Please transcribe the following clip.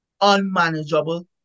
unmanageable